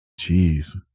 Jeez